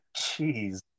Jeez